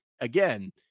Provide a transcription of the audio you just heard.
again